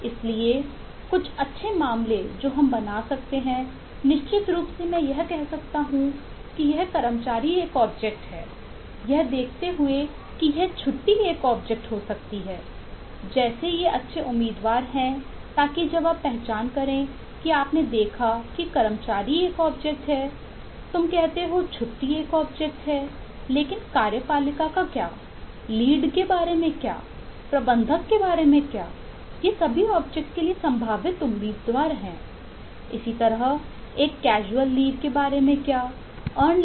इसलिए कुछ अच्छे मामले जो हम बना सकते हैं निश्चित रूप से मैं यह कह सकता हूं कि यह कर्मचारी एक ऑब्जेक्ट के बारे में आदि